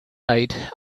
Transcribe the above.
night